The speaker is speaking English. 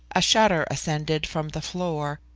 a shutter ascended from the floor,